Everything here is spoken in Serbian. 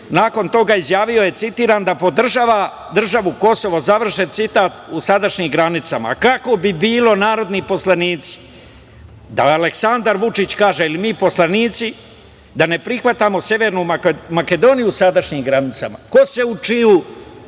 nakon toga izjavio je, citiram da podržava državu Kosovo, završen citat, u sadašnjim granicama. Kako bi bilo, narodni poslanici da Aleksandar Vučić kaže ili mi poslanici, da ne prihvatamo Severnu Makedoniju u sadašnjim granicama? Ko se u čije